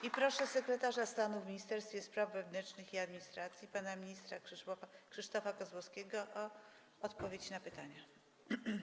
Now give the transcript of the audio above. I proszę sekretarza stanu w Ministerstwie Spraw Wewnętrznych i Administracji pana ministra Krzysztofa Kozłowskiego o odpowiedź na pytania.